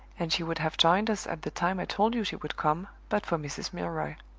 and she would have joined us at the time i told you she would come, but for mrs. milroy.